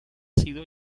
sido